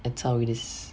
that's how it is